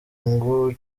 ngo